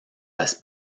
las